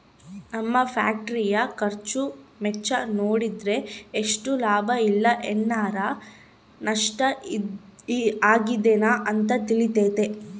ನಮ್ಮ ಫ್ಯಾಕ್ಟರಿಯ ಖರ್ಚು ವೆಚ್ಚ ನೋಡಿದ್ರೆ ಎಷ್ಟು ಲಾಭ ಇಲ್ಲ ಏನಾರಾ ನಷ್ಟ ಆಗಿದೆನ ಅಂತ ತಿಳಿತತೆ